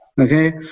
Okay